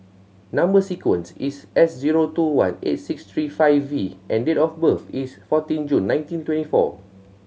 number sequence is S zero two one eight six three five V and date of birth is fourteen June nineteen twenty four